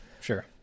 sure